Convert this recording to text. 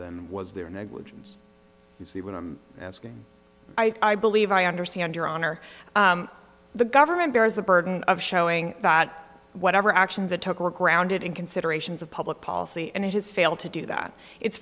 than was there negligence you see what i'm asking i believe i understand your honor the government bears the burden of showing that whatever actions it took were grounded in considerations of public policy and it has failed to do that it's